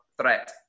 threat